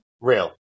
Real